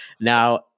Now